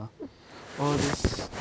uh all this